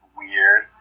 weird